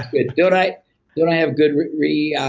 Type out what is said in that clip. good. don't i don't i have good returns?